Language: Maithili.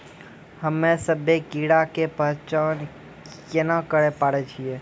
हम्मे सभ्भे कीड़ा के पहचान केना करे पाड़ै छियै?